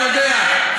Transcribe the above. אני יודע,